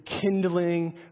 kindling